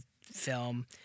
film